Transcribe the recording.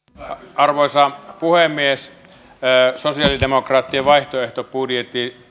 arvoisa puhemies sosialidemokraattien vaihtoehtobudjetissa